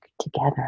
together